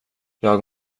jag